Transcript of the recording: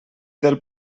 del